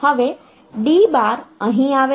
હવે D બાર અહીં આવે છે